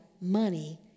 money